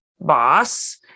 boss